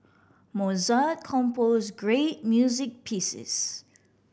Mozart composed great music pieces